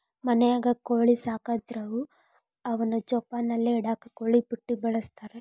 ಮನ್ಯಾಗ ಕೋಳಿ ಸಾಕದವ್ರು ಅವನ್ನ ಜೋಪಾನಲೆ ಇಡಾಕ ಕೋಳಿ ಬುಟ್ಟಿ ಬಳಸ್ತಾರ